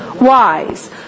wise